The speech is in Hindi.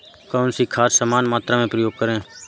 कौन सी खाद समान मात्रा में प्रयोग करें?